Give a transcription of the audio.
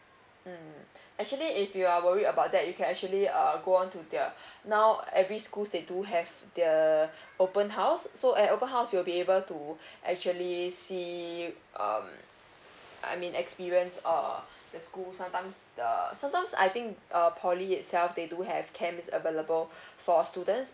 mm actually if you are worry about that you can actually uh go on to their now every schools they do have the open house so at open house you will be able to actually see um I mean experience uh the school sometimes uh sometimes I think uh poly itself they do have camp is available for students